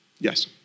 Yes